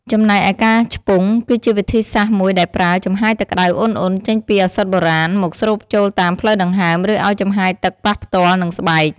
ចំណែកឯការឆ្ពង់ គឺជាវិធីសាស្ត្រមួយដែលប្រើ ចំហាយទឹកក្តៅឧណ្ឌៗចេញពីឱសថបុរាណ មកស្រូបចូលតាមផ្លូវដង្ហើម ឬឲ្យចំហាយទឹកប៉ះផ្ទាល់នឹងស្បែក។